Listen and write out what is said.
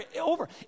over